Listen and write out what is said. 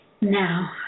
Now